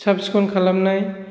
साबसिखन खालामनाय